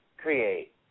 create